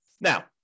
Now